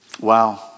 Wow